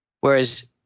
Whereas